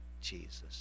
Jesus